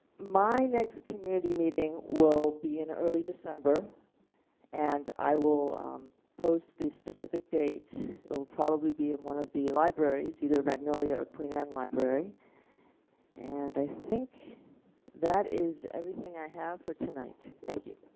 my next community meeting will be in early december and i will post the specific date it will probably be in one of the libraries either magnolia or queen anne library and i think that is everything i have for tonight. thank you.